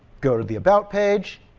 go to the about page.